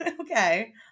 Okay